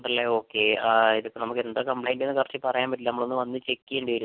ഉണ്ട് അല്ലേ ഓക്കെ ഇത് ഇപ്പോൾ നമുക്ക് എന്താ കംപ്ലയിന്റെന്ന് കറക്റ്റ് പറയാൻ പറ്റില്ല നമ്മൾ ഒന്ന് വന്ന് ചെക്ക് ചെയ്യണ്ടി വരും